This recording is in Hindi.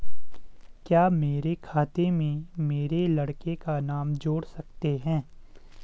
क्या मेरे खाते में मेरे लड़के का नाम जोड़ सकते हैं?